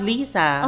Lisa